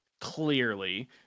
clearly